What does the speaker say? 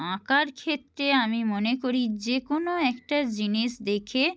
আঁকার ক্ষেত্রে আমি মনে করি যে কোনো একটা জিনিস দেখে